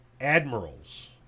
Admirals